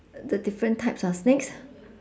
the different types of snakes